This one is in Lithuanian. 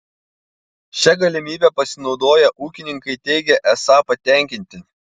šia galimybe pasinaudoję ūkininkai teigia esą patenkinti